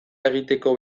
egiteko